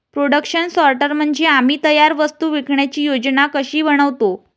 production सॉर्टर म्हणजे आम्ही तयार वस्तू विकण्याची योजना कशी बनवतो